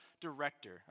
director